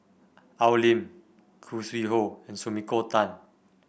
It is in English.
Al Lim Khoo Sui Hoe and Sumiko Tan